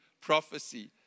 prophecy